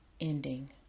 ending